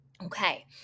Okay